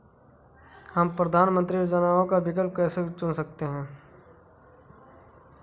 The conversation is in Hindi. हम प्रधानमंत्री योजनाओं का विकल्प कैसे चुन सकते हैं?